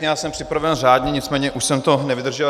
Já jsem přihlášen řádně, nicméně už jsem to nevydržel.